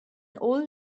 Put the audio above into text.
old